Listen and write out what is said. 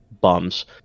bums